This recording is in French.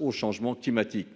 au changement climatique.